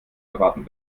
erwarten